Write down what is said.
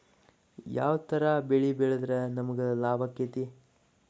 ಯಾವ ತರ ಬೆಳಿ ಬೆಳೆದ್ರ ನಮ್ಗ ಲಾಭ ಆಕ್ಕೆತಿ?